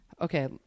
okay